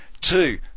Two